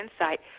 insight